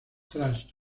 tras